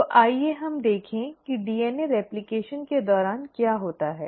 तो आइए हम देखें कि डीएनए प्रतिकृति के दौरान क्या होता है